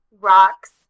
rocks